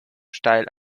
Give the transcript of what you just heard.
steil